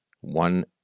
one